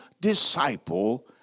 disciple